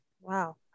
Wow